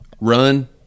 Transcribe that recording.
run